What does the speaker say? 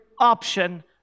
option